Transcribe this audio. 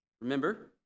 Remember